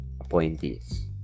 appointees